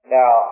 now